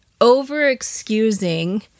over-excusing